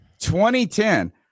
2010